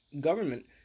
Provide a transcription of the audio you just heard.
government